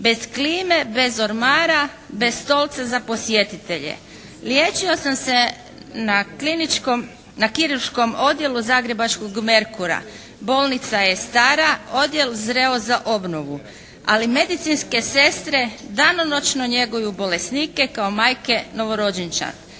Bez klime, bez ormara, bez stolca za posjetitelje. Liječio sam se na kliničkom, na kirurškom odjelu zagrebačkog Merkura. Bolnica je stara, odjel zreo za obnovu. Ali medicinske sestre danonoćno njeguju bolesnike kao majke novorođenčad.